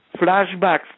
Flashbacks